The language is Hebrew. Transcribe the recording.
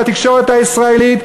בתקשורת הישראלית,